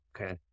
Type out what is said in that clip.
Okay